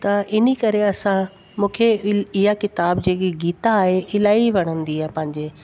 त इनी करे असां मूंखे इहा किताबु जेकी गीता आहे इलाही वणंदी आहे पंहिंजे